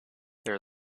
there